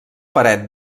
paret